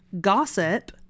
gossip